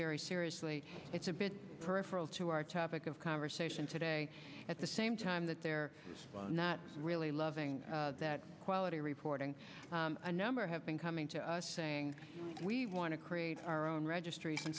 very seriously it's a bit peripheral to our topic of conversation today at the same time that they're not really loving that quality reporting a number have been coming to us saying we want to create our own registration